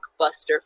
blockbuster